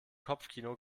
kopfkino